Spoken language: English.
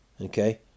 Okay